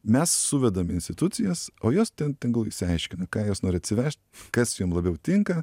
mes suvedam institucijas o jos ten tegul išsiaiškina ką jos nori atsivežt kas jom labiau tinka